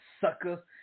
sucker